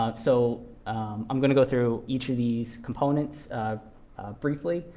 um so i'm going to go through each of these components briefly.